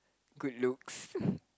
good looks